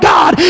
God